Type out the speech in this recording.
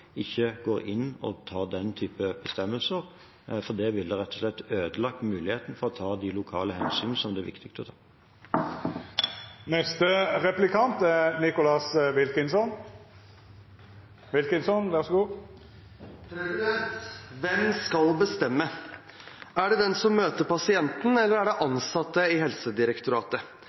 ikke går inn og tar den typen bestemmelser, for det ville rett og slett ødelagt muligheten for å ta de lokale hensyn som det er viktig å ta. Hvem skal bestemme? Er det den som møter pasienten, eller er det ansatte i Helsedirektoratet?